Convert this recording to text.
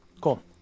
Cool